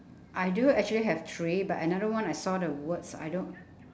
I do actually have three but another one I saw the words I don't